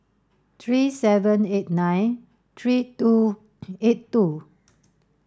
three seven eight nine three two eight two